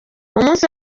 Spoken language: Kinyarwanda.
umunsi